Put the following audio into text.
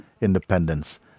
independence